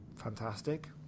Fantastic